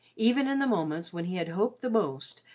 even in the moments when he had hoped the most,